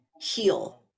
heal